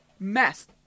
mess